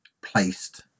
placed